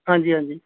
ਹਾਂਜੀ ਹਾਂਜੀ